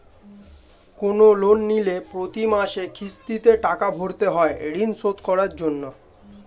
কোন লোন নিলে প্রতি মাসে কিস্তিতে টাকা ভরতে হয় ঋণ শোধ করার জন্য